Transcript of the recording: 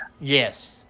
Yes